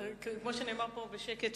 כמו שנאמר פה בשקט,